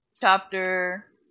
chapter